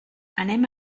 anem